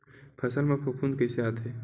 फसल मा फफूंद कइसे आथे?